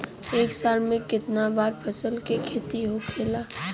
एक साल में कितना बार फसल के खेती होखेला?